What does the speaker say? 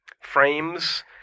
frames